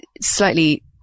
slightly